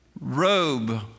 robe